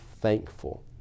thankful